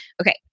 Okay